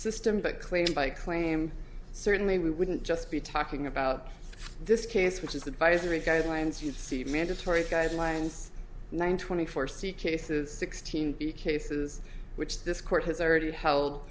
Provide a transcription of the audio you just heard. system but claim by claim certainly we wouldn't just be talking about this case which is advisory guidelines you'd see mandatory guidelines nine twenty four c cases sixteen b cases which this court has already held